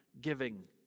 giving